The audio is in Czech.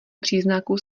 příznaků